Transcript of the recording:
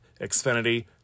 Xfinity